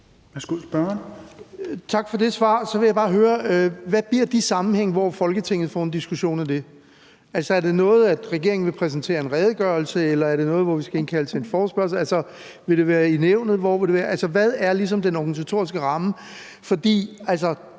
Så vil jeg bare høre, hvad de sammenhænge bliver, hvor Folketinget får en diskussion af det. Altså, er det noget, hvor regeringen vil præsentere en redegørelse, eller er det noget, hvor vi skal indkalde til en forespørgselsdebat? Vil det være i Nævnet, eller hvor vil det være?